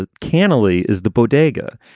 ah candidly, is the bodega,